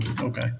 okay